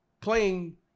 playing